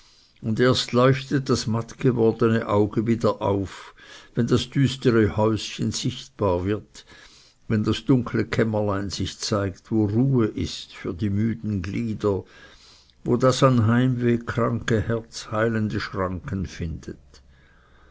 und erst leuchtet das matt gewordene auge wieder auf wenn das düstere häuschen sichtbar wird wenn das dunkle kämmerlein sich zeigt wo ruhe ist für die müden glieder wo das an heimweh kranke herz heilende schranken findet